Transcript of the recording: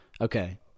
Okay